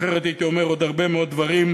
אחרת הייתי אומר עוד הרבה מאוד דברים,